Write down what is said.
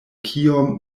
kiom